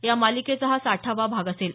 या मालिकेचा हा साठावा भाग असेल